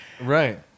Right